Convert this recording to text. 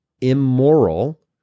immoral